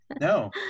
No